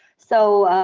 so,